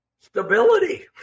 stability